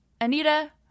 Anita